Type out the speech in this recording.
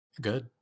good